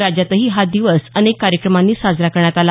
राज्यातही हा दिवस अनेक कार्यक्रमांनी साजरा करण्यात आला